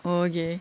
oh okay